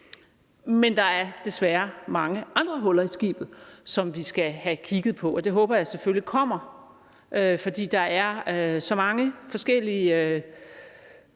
Men der er desværre mange andre huller i skibet, som vi skal have kigget på, og det håber jeg selvfølgelig kommer, for der er så mange forskellige